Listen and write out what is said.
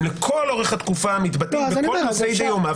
לאורך כל התקופה הם מתבטאים בכל נושאי דיומא,